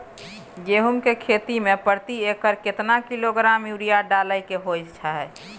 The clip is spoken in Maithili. गेहूं के खेती में प्रति एकर केतना किलोग्राम यूरिया डालय के होय हय?